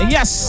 Yes